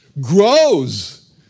grows